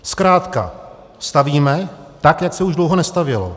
Zkrátka stavíme tak, jak se už dlouho nestavělo.